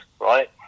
right